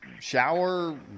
shower